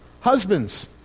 Husbands